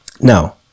Now